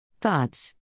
Thoughts